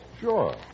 Sure